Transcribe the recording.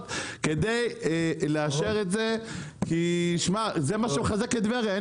כדי לאשר את זה כי זה מה שמחזק את טבריה.